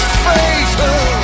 fatal